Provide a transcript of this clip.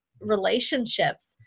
relationships